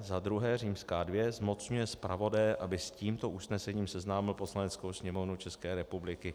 Za druhé zmocňuje zpravodaje, aby s tímto usnesením seznámil Poslaneckou sněmovnu České republiky.